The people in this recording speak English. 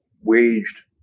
waged